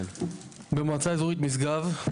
במועצה אזורית משגב.